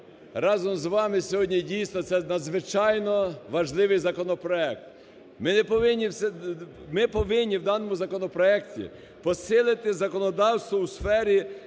разом з вами сьогодні, дійсно, це надзвичайно важливий законопроект. Ми повинні в даному законопроекті посилити законодавство у сфері